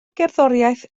gerddoriaeth